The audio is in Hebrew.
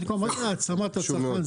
מה זה "העצמת הצרכן"?